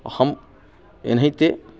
हम एनहितै